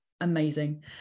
amazing